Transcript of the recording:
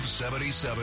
77